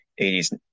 80s